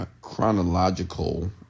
chronological